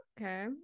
Okay